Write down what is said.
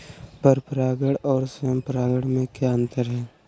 पर परागण और स्वयं परागण में क्या अंतर है?